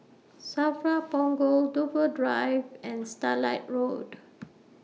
SAFRA Punggol Dover Drive and Starlight Road